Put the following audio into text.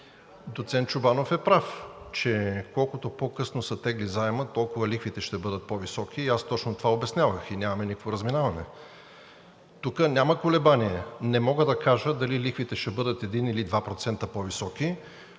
доцент Чобанов е прав, че колкото по-късно се тегли заемът, толкова лихвите ще бъдат по-високи. Аз точно това обяснявах и нямаме никакво разминаване тук, няма колебания. Не мога да кажа дали лихвите ще бъдат 1% или 2% по високи,